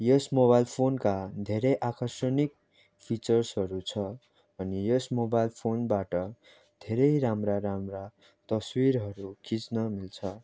यस mobile फोनका धेरै आकर्षनिक फिचर्सहरू छ अनि यस मोबाइल फोनबाट धेरै राम्रा राम्रा तस्विरहरू खिच्न मिल्छ